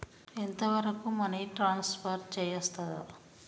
ఎంత వరకు money transfer చేయస్తది?